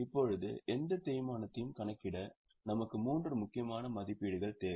இப்போது எந்த தேய்மானத்தையும் கணக்கிட நமக்கு மூன்று முக்கியமான மதிப்பீடுகள் தேவை